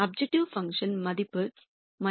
objective function மதிப்பு 2